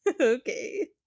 okay